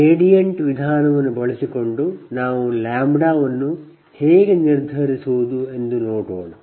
gradient ವಿಧಾನವನ್ನು ಬಳಸಿಕೊಂಡು ನಾವು ಲ್ಯಾಂಬ್ಡಾವನ್ನು ಹೇಗೆ ನಿರ್ಧರಿಸುವುದು ಎಂದು ನೋಡೋಣ